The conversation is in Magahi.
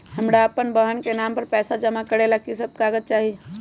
हमरा अपन बहन के नाम पर पैसा जमा करे ला कि सब चाहि कागज मे?